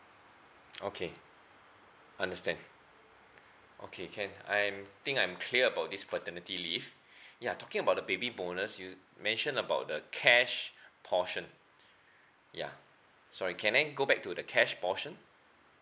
okay understand okay can I'm I think I'm clear about this paternity leave ya talking about the baby bonus you mentioned about the cash portion ya sorry can I go back to the cash portion